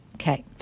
Okay